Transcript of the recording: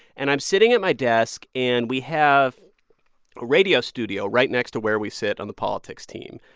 and i'm sitting at my desk. and we have a radio studio right next to where we sit on the politics team.